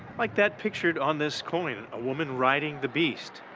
like that pictured on this coin of a woman riding the beast?